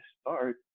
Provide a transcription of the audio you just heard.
start